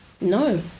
No